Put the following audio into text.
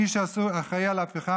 מי שאחראי להפיכה,